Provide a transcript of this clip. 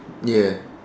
yes